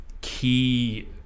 key